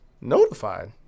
Notified